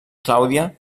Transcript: clàudia